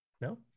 No